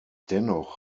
dennoch